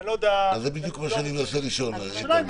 אז זה בדיוק מה שאני מנסה לשאול, איתן.